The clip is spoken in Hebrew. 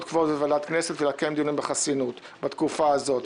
קבועות וועדת כנסת ולקיים דיונים בחסינות בתקופה הזאת,